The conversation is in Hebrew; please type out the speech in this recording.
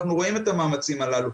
ואנחנו רואים את המאמצים הללו,